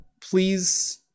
please